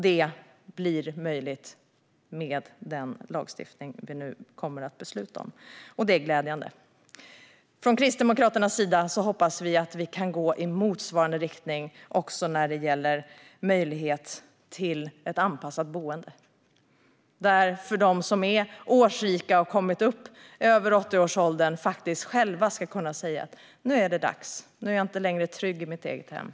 Detta blir möjligt med den lagstiftning vi nu kommer att besluta om, och det är glädjande. Från Kristdemokraternas sida hoppas vi att vi kan gå i motsvarande riktning också när det gäller möjlighet till anpassat boende. De som är årsrika och har kommit upp i 80-årsåldern ska själva kunna säga: Nu är det dags; nu är jag inte längre trygg i mitt eget hem.